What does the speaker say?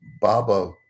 Baba